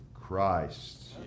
Christ